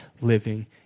living